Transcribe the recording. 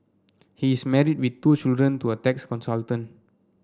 he is married with two children to a tax consultant